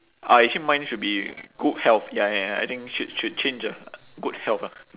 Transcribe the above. ah actually mine should be good health ya ya ya I think should should change ah good health ah